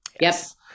yes